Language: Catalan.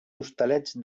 hostalets